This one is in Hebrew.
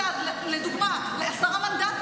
על מפלגות צד,